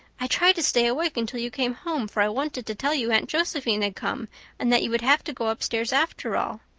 i tried to stay awake until you came home, for i wanted to tell you aunt josephine had come and that you would have to go upstairs after all,